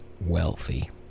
wealthy